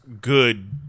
good